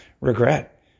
regret